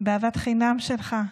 באהבת החינם שלך,